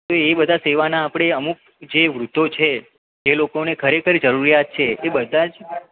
તો એ બધાં સેવાના આપણે અમૂક જે વૃદ્ધો છે જે લોકોને ખરેખર જરૂરિયાત છે એ બધા જ